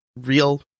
real